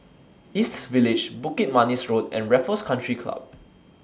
East Village Bukit Manis Road and Raffles Country Club